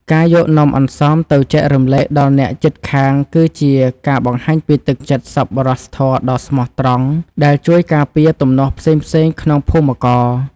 ការយកនំអន្សមទៅចែករំលែកដល់អ្នកជិតខាងគឺជាការបង្ហាញពីទឹកចិត្តសប្បុរសធម៌ដ៏ស្មោះត្រង់ដែលជួយការពារទំនាស់ផ្សេងៗក្នុងភូមិករ។